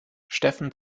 steffen